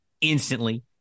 instantly